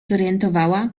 zorientowała